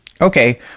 Okay